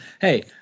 hey